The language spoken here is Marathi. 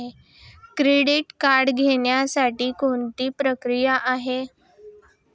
क्रेडिट कार्ड घेण्यासाठी कोणती प्रक्रिया आहे?